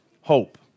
Hope